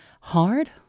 Hard